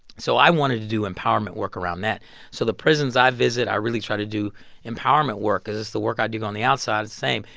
so i wanted to do empowerment work around that so the prisons i visit, i really try to do empowerment work cause it's the work i do on the outside same.